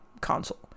console